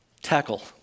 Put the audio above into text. Tackle